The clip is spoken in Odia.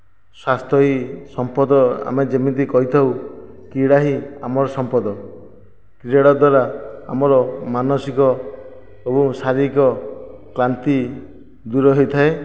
ସ୍ୱାସ୍ଥ୍ୟ ହିଁ ସମ୍ପଦ ଆମେ ଯେମିତି କହିଥାଉ କ୍ରୀଡ଼ା ହିଁ ଆମର ସମ୍ପଦ କ୍ରୀଡ଼ା ଦ୍ୱାରା ଆମର ମାନସିକ ଏବଂ ଶାରୀରିକ କ୍ଲାନ୍ତି ଦୂର ହେଇଥାଏ